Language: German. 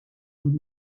und